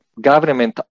government